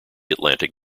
atlantic